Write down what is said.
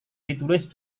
ditulis